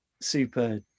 super